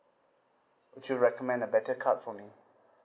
would you recommend a better card for me